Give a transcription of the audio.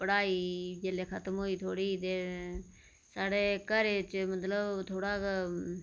पढांई जेहले खत्म होई ते फ्ही थोह्ड़ी इन्नी चिर साढ़े घरे च मतलब थोह्ड़ा